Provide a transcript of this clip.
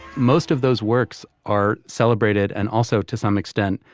most of those works are celebrated. and also, to some extent,